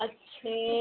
अच्छे